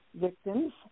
victims